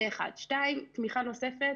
דבר שני, תמיכה נוספת